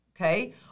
okay